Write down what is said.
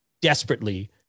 desperately